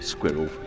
Squirrel